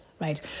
Right